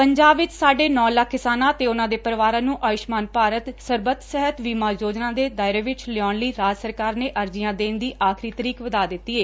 ਪੰਜਾਬ ਵਿਚ ਸਾਢੇ ਨੌ ਲੱਖ ਕਿਸਾਨਾਂ ਅਤੇ ਉਨੂਾਂ ਦੇ ਪਰਿਵਾਰਾਂ ਨੂੰ ਆਯੁਸ਼ਮਾਨ ਭਾਰਤ ਸਰਬੱਤ ਸਿਹਤ ਬੀਮਾ ਯੋਜਨਾ ਦੇ ਦਾਇਰੇ ਵਿੱਚ ਲਿਆਊਣ ਲਈ ਰਾਜ ਸਰਕਾਰ ਨੇ ਅਰਜ਼ੀਆਂ ਦੇਣ ਦੀ ਆਖਰੀ ਤਾਰੀਕ ਵਧਾ ਦਿੱਤੀ ਏ